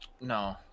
No